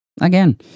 Again